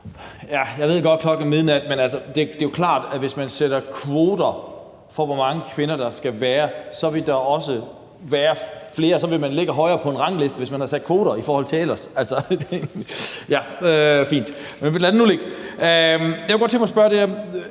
Jeg ved godt, at klokken er midnat, men det er jo klart, at hvis der er kvoter for, hvor mange kvinder der skal være, så vil man ligge højere på en rangliste, hvis man har sat kvoter, i forhold til ellers. Fint, lad det nu ligge. Jeg kunne godt tænke mig at spørge til det her,